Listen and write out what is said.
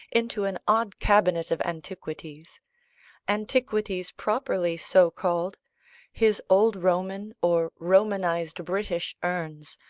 into an odd cabinet of antiquities antiquities properly so called his old roman, or romanised british urns,